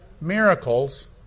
miracles